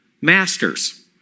masters